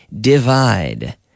Divide